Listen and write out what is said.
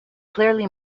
clearly